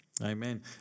Amen